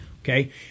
Okay